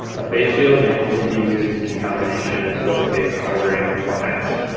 a facial may only be used in combination with a face covering or mask.